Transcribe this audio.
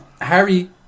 Harry